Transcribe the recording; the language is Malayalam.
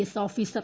S officer